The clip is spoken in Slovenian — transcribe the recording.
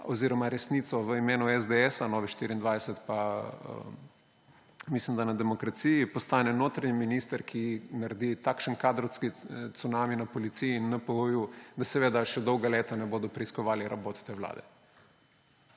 oziroma resnico v imenu SDS, Nove24 in, mislim da, na Demokraciji postane notranji minister, ki naredi takšen kadrovski cunami na policiji in NPU, da seveda še dolga leta ne bodo preiskovali rabot te vlade.